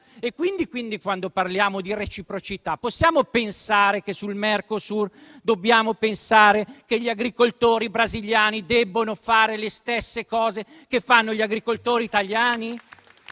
E quindi, quando parliamo di reciprocità, possiamo pensare che sul Mercosur gli agricoltori brasiliani debbano fare le stesse cose che fanno gli agricoltori italiani?